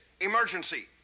Emergency